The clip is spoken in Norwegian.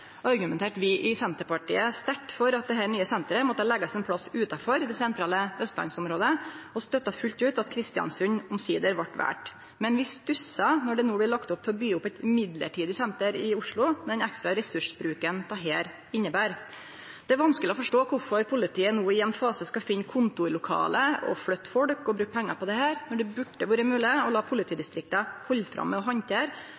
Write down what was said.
vi i Senterpartiet sterkt for at dette nye senteret måtte leggjast ein plass utanfor det sentrale østlandsområdet, og støtta fullt ut at Kristiansund omsider vart vald. Men vi stussar når det no blir lagt opp til å byggje opp eit midlertidig senter i Oslo, med den ekstra ressursbruken det inneber. Det er vanskeleg å forstå kvifor politiet no i ein fase skal finne kontorlokale og flytte folk og bruke pengar på dette når det burde vore mogleg å la politidistrikta halde fram med å handtere